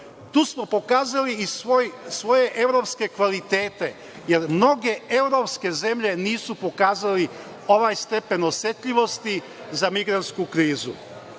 Tu smo pokazali i svoje evropske kvalitete, jer mnoge evropske zemlje nisu pokazale ovaj stepen osetljivosti za migrantsku krizu.O